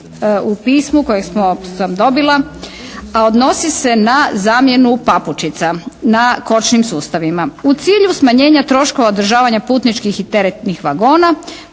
u pismu kojeg sam dobila, a odnosi se na zamjenu papučica na kočnim sustavima. U cilju smanjena troškova održavanja putničkih i teretnih vagona